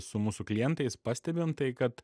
su mūsų klientais pastebim tai kad